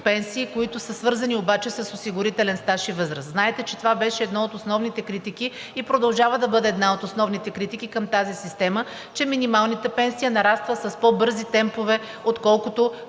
пенсии, които са свързани обаче с осигурителен стаж и възраст. Знаете, че това беше една от основните критики и продължава да бъде една от основните критики към тази система, че минималната пенсия нараства с по-бързи темпове, отколкото